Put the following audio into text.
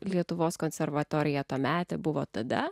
lietuvos konservatoriją tuometė buvo tada